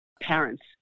parents